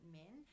men